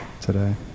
today